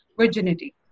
virginity